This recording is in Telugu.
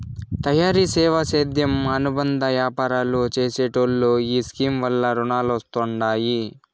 తయారీ, సేవా, సేద్యం అనుబంద యాపారాలు చేసెటోల్లో ఈ స్కీమ్ వల్ల రునాలొస్తండాయి